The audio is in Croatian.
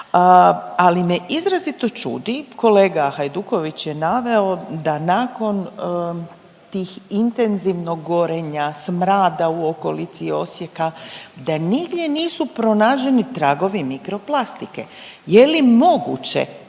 ali me izrazito čudi kolega Hajduković je naveo da nakon tih intenzivnog gorenja smrada u okolici Osijeka, da nigdje nisu pronađeni tragovi mikro plastike. Je li moguće